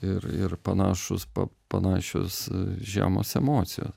ir ir panašūs pa panašios žiemos emocijos